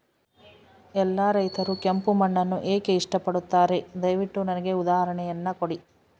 ಎಲ್ಲಾ ರೈತರು ಕೆಂಪು ಮಣ್ಣನ್ನು ಏಕೆ ಇಷ್ಟಪಡುತ್ತಾರೆ ದಯವಿಟ್ಟು ನನಗೆ ಉದಾಹರಣೆಯನ್ನ ಕೊಡಿ?